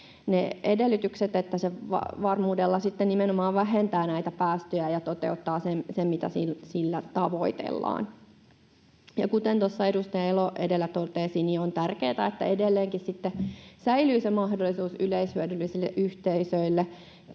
edellytykset, että se varmuudella sitten nimenomaan vähentää näitä päästöjä ja toteuttaa sen, mitä sillä tavoitellaan. Kuten tuossa edustaja Elo edellä totesi, on tärkeää, että edelleenkin sitten säilyy yleishyödyllisillä yhteisöillä